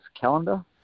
calendar